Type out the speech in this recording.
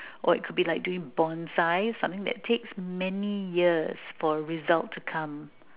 or it could be doing bonsai something that takes many years for a result to come